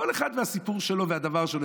כל אחד והסיפור שלו והדבר שלו.